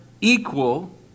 equal